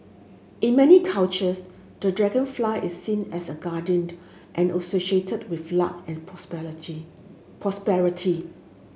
in many cultures the dragonfly is seen as a guardian and associated with luck and prosperity